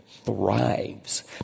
thrives